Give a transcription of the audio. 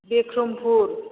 Bikrampur